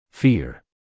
Fear